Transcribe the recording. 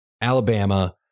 Alabama